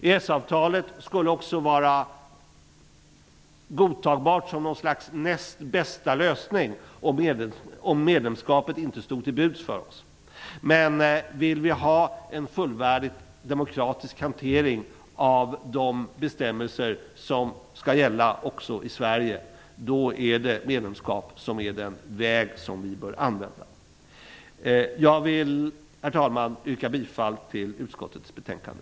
EES avtalet skulle också vara godtagbart som något slags näst bästa lösning om medlemskapet inte stod till buds för oss. Men om vi vill ha en fullvärdig demokratisk hantering av de bestämmelser som skall gälla också i Sverige är medlemskap den väg som vi bör använda. Herr talman! Jag vill yrka bifall till hemställan i utskottets betänkande.